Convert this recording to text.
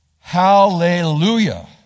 Hallelujah